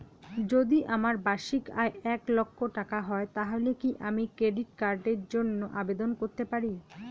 যদি আমার বার্ষিক আয় এক লক্ষ টাকা হয় তাহলে কি আমি ক্রেডিট কার্ডের জন্য আবেদন করতে পারি?